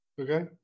Okay